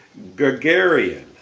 Gagarin